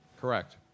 Correct